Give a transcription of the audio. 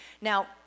Now